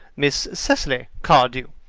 miss cecily cardew.